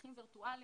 תהליכים וירטואליים.